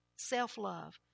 Self-love